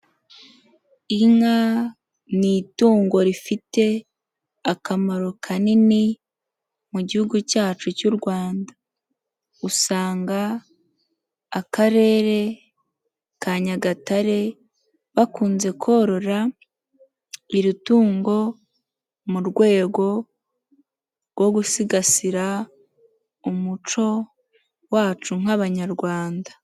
Inka ni itungo rifite akamaro kanini mu gihugu cyacu cy'u Rwanda. Usanga Akarere ka Nyagatare bakunze korora iri tungo, mu rwego rwo gusigasira umuco wacu nk'abanyarwanda.